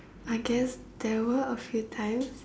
I guess there were a few times